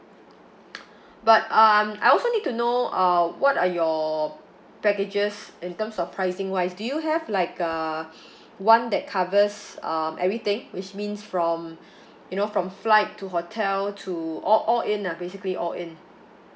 but um I also need to know uh what are your packages in terms of pricing wise do you have like a one that covers um everything which means from you know from flight to hotel to all all in ah basically all in